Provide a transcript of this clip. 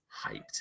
hyped